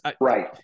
right